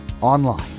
online